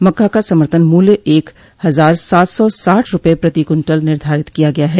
मक्का का समर्थन मूल्य एक हजार सात सौ साठ रूपये प्रति कुन्तल निर्धारित किया गया है